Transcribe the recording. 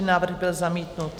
Návrh byl zamítnut.